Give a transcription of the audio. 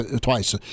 twice